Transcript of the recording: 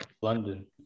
London